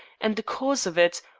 and the cause of it,